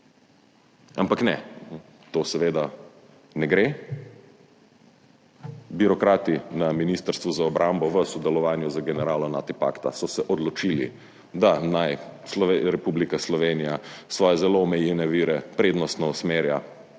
Ampak ne, to seveda ne gre. Birokrati na Ministrstvu za obrambo v sodelovanju z generali Nato pakta so se odločili, da naj Republika Slovenija svoje zelo omejene vire prednostno usmerja